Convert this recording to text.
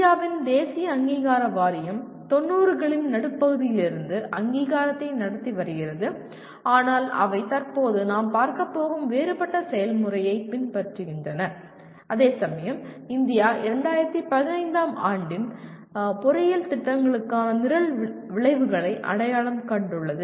இந்தியாவின் தேசிய அங்கீகார வாரியம் 90 களின் நடுப்பகுதியிலிருந்து அங்கீகாரத்தை நடத்தி வருகிறது ஆனால் அவை தற்போது நாம் பார்க்கப் போகும் வேறுபட்ட செயல்முறையைப் பின்பற்றுகின்றன அதேசமயம் இந்தியா 2015 ஆம் ஆண்டில் பொறியியல் திட்டங்களுக்கான நிரல் விளைவுகளை அடையாளம் கண்டுள்ளது